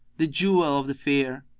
the jewel of the fair!